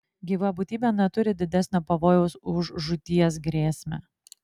gyva būtybė neturi didesnio pavojaus už žūties grėsmę